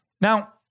Now